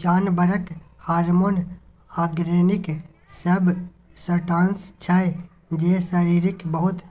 जानबरक hormone organic substance छै जे शरीरक बहुत